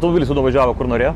daugelis jau nuvažiavo kur norėjo